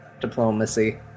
diplomacy